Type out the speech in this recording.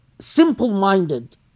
simple-minded